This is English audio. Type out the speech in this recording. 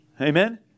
Amen